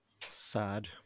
sad